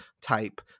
type